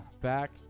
Back